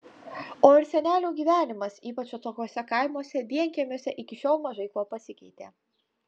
o ir senelių gyvenimas ypač atokiuose kaimuose vienkiemiuose iki šiol mažai kuo pasikeitė